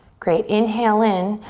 great, inhale in.